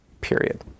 period